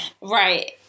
Right